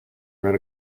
ran